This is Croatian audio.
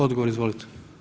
Odgovor izvolite.